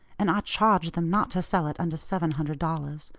and i charged them not to sell it under seven hundred dollars.